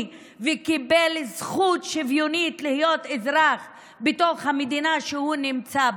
וקיבל זכות שוויונית להיות אזרח בתוך המדינה שהוא נמצא בה.